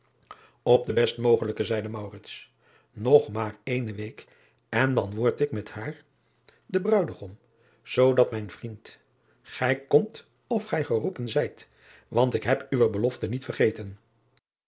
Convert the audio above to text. p den best mogelijken zeide og maar ééne week en dan word ik met haar de ruidegom zoodat mijn vriend gij komt of gij geroepen zijt want ik heb uwe belofte niet vergeten